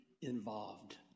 involved